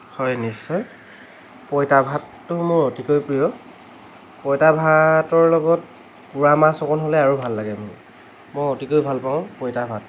হয় নিশ্চয় পইতা ভাতটো মোৰ অতিকৈ প্ৰিয় পইতা ভাতৰ লগত পুৰা মাছ অকণ হ'লে আৰু ভাল লাগে মোৰ মই অতিকৈ ভাল পাওঁ পইতা ভাত